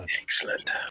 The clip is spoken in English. Excellent